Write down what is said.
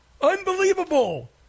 Unbelievable